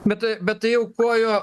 bet tai bet tai aukojo